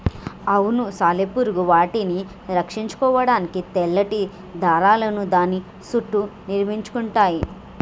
అవును సాలెపురుగులు వాటిని రక్షించుకోడానికి తెల్లటి దారాలను దాని సుట్టూ నిర్మించుకుంటయ్యి